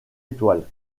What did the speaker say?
étoile